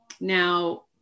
now